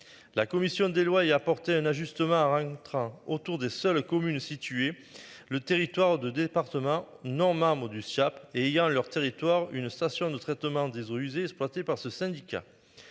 La commission des lois et apporter un ajustement Arenc trains autour des seules communes situées le territoire de département non du et ayant leur territoire, une station de traitement des eaux usées exploité par ce syndicat.